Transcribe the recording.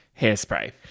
hairspray